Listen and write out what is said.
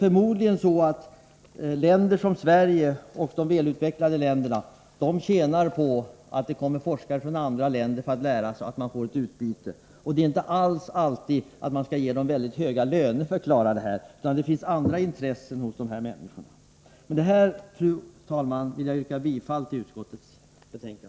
Förmodligen tjänar Sverige och andra välutvecklade länder på att det kommer forskare utifrån. Det ger ett ömsesidigt utbyte av kunskaper. Det viktigaste är alltså inte att våra forskare får höga löner, utan också andra intressen dikterar deras insatser. Med detta, fru talman, yrkar jag bifall till utskottets hemställan.